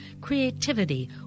creativity